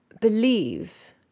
believe